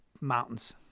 Mountains